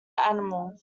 animal